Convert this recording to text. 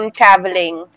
traveling